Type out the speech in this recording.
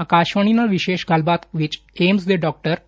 ਆਕਾਸ਼ਵਾਣੀ ਨਾਲ ਵਿਸ਼ੇਸ਼ ਗੱਲਬਾਤ ਵਿਚ ਏਮਜ਼ ਦੇ ਡਾਇਰੈਕਟਰ